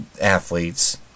athletes